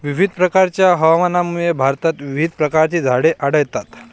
विविध प्रकारच्या हवामानामुळे भारतात विविध प्रकारची झाडे आढळतात